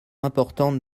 importante